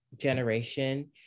generation